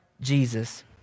Jesus